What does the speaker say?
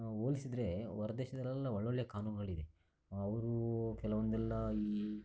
ಹೋಲಿಸಿದರೆ ಹೊರದೇಶದಲ್ಲೆಲ್ಲ ಒಳ್ಳೊಳ್ಳೆ ಕಾನೂನುಗಳಿದೆ ಅವರು ಕೆಲವೊಂದೆಲ್ಲ ಈ